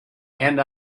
and